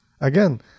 Again